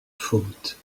faute